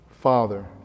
father